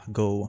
go